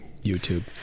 YouTube